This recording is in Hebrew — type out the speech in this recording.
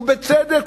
ובצדק,